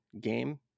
game